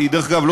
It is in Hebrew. דרך אגב,